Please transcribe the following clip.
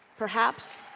perhaps,